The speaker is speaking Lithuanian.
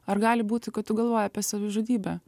ar gali būti kad tu galvoji apie savižudybę